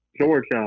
Georgia